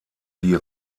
die